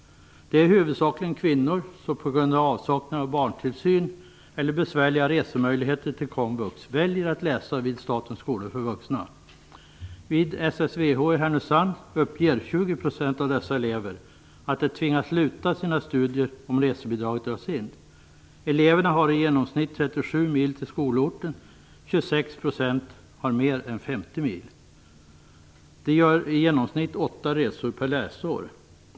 Det är huvudsakligen kvinnor som på grund av avsaknad av barntillsyn, eller besvärliga kommunikationer till komvux, väljer att läsa vid statens skolor för vuxna. Vid SSVH i Härnösand uppger 20 % av eleverna att de tvingas sluta sina studier om resebidraget dras in. Eleverna har i genomsnitt 37 mil till skolorten, 26 % har mer än 50 mil. De gör i genomsnitt åtta resor per läsår.